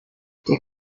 der